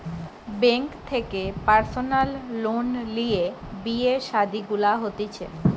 bank থেকে personal loan লিয়ে বিয়ে শাদী গুলা হতিছে